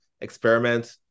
experiment